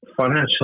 Financial